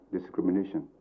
discrimination